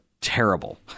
terrible